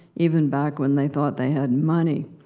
even back when they thought they had money.